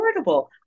affordable